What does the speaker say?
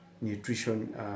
nutrition